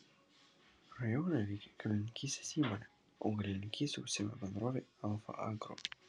rajone veikia kiaulininkystės įmonė augalininkyste užsiima bendrovė alfa agro